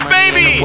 baby